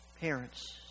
Parents